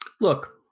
Look